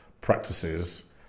practices